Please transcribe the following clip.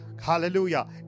hallelujah